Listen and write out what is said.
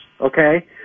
Okay